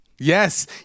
Yes